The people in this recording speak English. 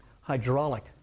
hydraulic